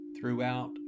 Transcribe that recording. throughout